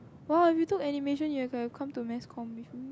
!wow! if you took animation you have come to mass comm with me